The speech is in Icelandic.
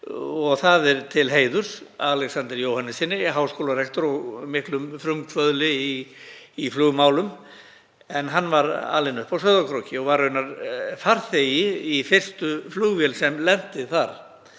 Það er til heiðurs Alexander Jóhannessyni, háskólarektor og miklum frumkvöðli í flugmálum, en hann var alinn upp á Sauðárkróki. Hann var raunar farþegi í fyrstu flugvél sem lenti þar